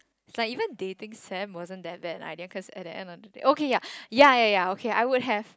like even dating Sam wasn't that bad I didn't cause at the end of the day okay ya ya ya ya okay I would have